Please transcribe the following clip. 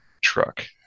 truck